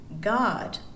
God